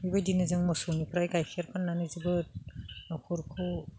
बेबायदिनो जों मोसौनिफ्राय गाइखेर फाननानै जोबोद न'खरखौ